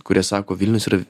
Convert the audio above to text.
kurie sako vilnius yra